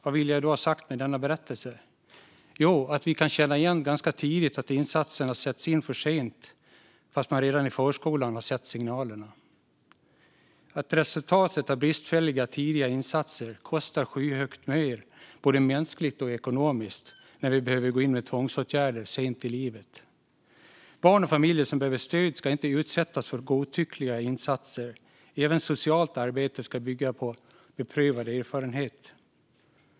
Vad vill jag då ha sagt med denna berättelse? Jo, att vi ganska tidigt kan känna igen problemen och att insatserna sätts in för sent trots att man redan i förskolan har sett signalerna. Resultatet av bristfälliga tidiga insatser är att det kostar skyhögt mer, både mänskligt och ekonomiskt, när vi behöver gå in med tvångsåtgärder sent i livet. Barn och familjer som behöver stöd ska inte utsättas för godtyckliga insatser. Även socialt arbete ska bygga på beprövad erfarenhet.